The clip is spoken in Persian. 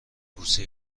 کوسه